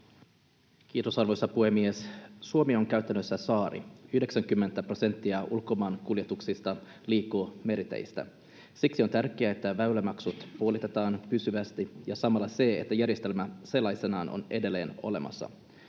Kiitos, arvoisa puhemies! Suomi on käytännössä saari. 90 prosenttia ulkomaankuljetuksista liikkuu meriteitse. Siksi on tärkeää, että väylämaksut puolitetaan pysyvästi, samoin se, että järjestelmä sellaisenaan on edelleen olemassa.